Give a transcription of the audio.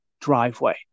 driveway